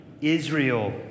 Israel